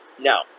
now